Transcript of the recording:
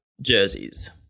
jerseys